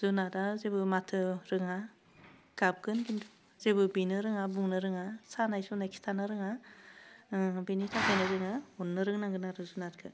जुनादआ जेबो माथो रोङा गाबगोन खिन्थु जेबो बिनो रोङा बुंनो रोङा सानाय सुनाय खिथानो रोङा ओह बेनि थाखायनो जोङो अन्नो रोंनांगोन आरो जुनादखौ